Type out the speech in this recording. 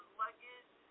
luggage